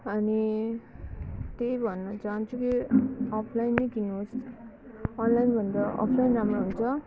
अनि त्यही भन्न चाहन्छु कि अफलाइन नै किन्नुहोस् अनलाइनभन्दा अफलाइन राम्रो हुन्छ